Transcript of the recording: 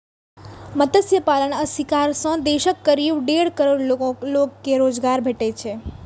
मत्स्य पालन आ शिकार सं देशक करीब डेढ़ करोड़ लोग कें रोजगार भेटै छै